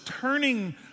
turning